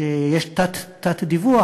שיש בה תת-דיווח.